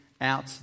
out